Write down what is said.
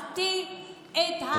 מחטיא את העניין.